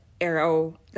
arrow